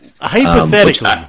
Hypothetically